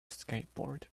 skateboard